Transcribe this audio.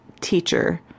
teacher